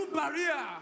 barrier